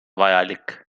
vajalik